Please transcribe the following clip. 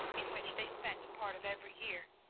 in which they spent part of every year.